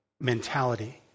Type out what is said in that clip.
mentality